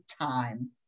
time